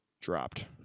dropped